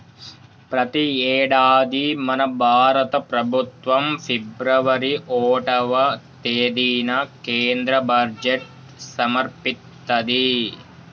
ప్రతి యేడాది మన భారత ప్రభుత్వం ఫిబ్రవరి ఓటవ తేదిన కేంద్ర బడ్జెట్ సమర్పిత్తది